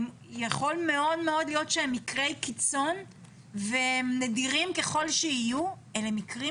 יכול מאוד להיות שם מקרי קיצון והם נדירים ככל שיהיו אלה מקרים